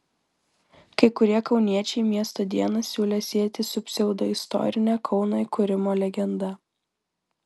kai kurie kauniečiai miesto dieną siūlė sieti su pseudoistorine kauno įkūrimo legenda